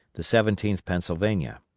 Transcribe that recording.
the seventeenth pennsylvania.